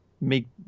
make